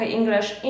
English